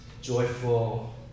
joyful